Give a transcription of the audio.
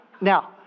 Now